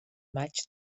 maig